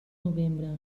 novembre